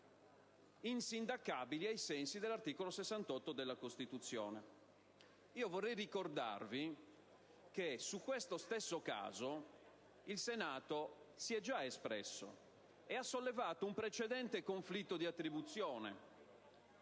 insindacabili ai sensi dell'articolo 68 della Costituzione. Ebbene, vorrei ricordarvi che su questo stesso caso il Senato si è già espresso e ha sollevato un precedente conflitto di attribuzione.